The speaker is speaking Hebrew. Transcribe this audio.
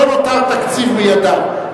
לא נותר תקציב בידיו.